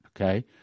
okay